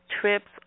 trips